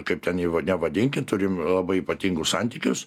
kaip ten jį nevadinkit turim labai ypatingus santykius